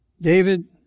david